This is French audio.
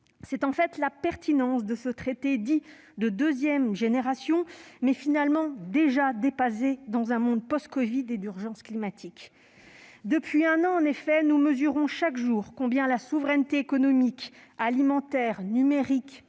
s'agit de la pertinence de ce traité dit « de deuxième génération », mais finalement déjà dépassé dans un monde post-covid et d'urgence climatique. Depuis un an, en effet, nous mesurons chaque jour combien la souveraineté économique, alimentaire, numérique